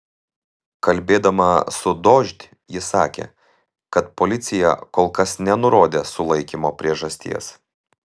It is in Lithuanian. kalbėdama su dožd ji sakė kad policija kol kas nenurodė sulaikymo priežasties